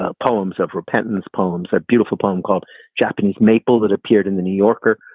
ah poems of repentance, poems, a beautiful poem called japanese maple that appeared in the new yorker.